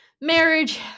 marriage